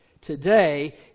today